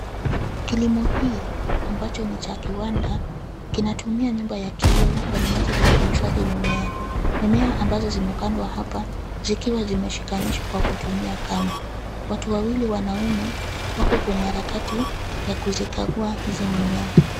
Kilimo hii ambacho ni cha kiwanda kina tumia nyumba ya kioko kwa minajili ya kuhifadhi. Mimea ambazo zimepandwa hapa zikiwa zimeshikanishwa kwa kutumia kamba. Watu wawili wanaume wako kwenye harakati ya kuzikagua hizi mimea.